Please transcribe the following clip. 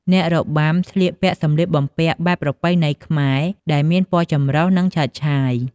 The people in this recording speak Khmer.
អ្នករបាំស្លៀកពាក់សម្លៀកបំពាក់បែបប្រពៃណីខ្មែរ ដែលមានពណ៌ចម្រុះ និងឆើតឆាយ។